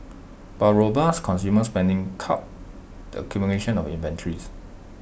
while robust consumer spending curbed the accumulation of inventories